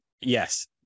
Yes